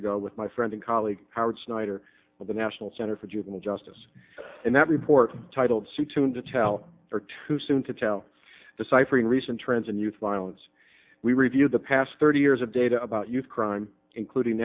ago with my friend and colleague howard snyder of the national center for juvenile justice in that report titled soon to tell or too soon to tell the ciphering recent trends in youth violence we reviewed the past thirty years of data about youth crime including